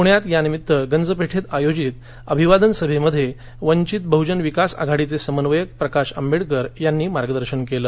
पुण्यात या निमित्त गंज पेठेत आयोजित अभिवादन सभेमध्ये वंचित बहुजन विकास आघाडीचे समन्वयक प्रकाश आंबेडकर यांनी मार्गदर्शन केलं